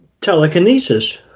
telekinesis